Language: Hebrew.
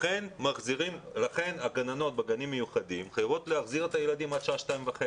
לכן הגננות בגנים המיוחדים חייבות להחזיר את הילדים עד שעה 14:30